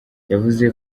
yavuze